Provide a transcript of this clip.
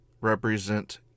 represent